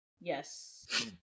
Yes